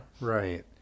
right